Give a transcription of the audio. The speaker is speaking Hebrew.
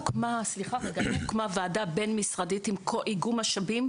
הוקמה ועדה בין-משרדית עם איגום משאבים,